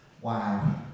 wow